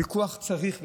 צריך פיקוח.